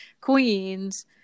Queens